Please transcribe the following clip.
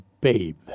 Babe